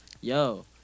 yo